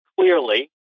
clearly